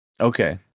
Okay